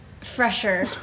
fresher